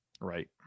Right